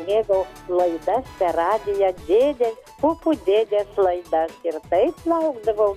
mėgau laidas per radiją dėdės pupų dėdės laidas ir taip laukdavau